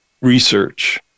research